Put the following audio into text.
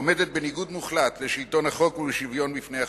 עומדת בניגוד מוחלט לשלטון החוק ולשוויון בפני החוק,